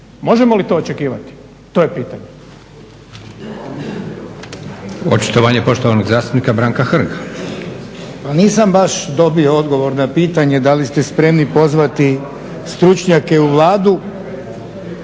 Možemo li to očekivati, to je pitanje. **Leko, Josip (SDP)** Očitovanje poštovanog zastupnika Branka Hrga. **Hrg, Branko (HSS)** Pa nisam baš dobio odgovor na pitanje da li ste spremni pozvati stručnjake u Vladu,